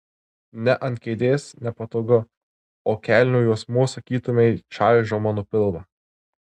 ne ant kėdės nepatogu o kelnių juosmuo sakytumei čaižo man pilvą